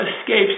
escapes